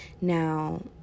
Now